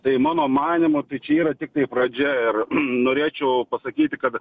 tai mano manymu tai čia yra tiktai pradžia ir norėčiau pasakyti kad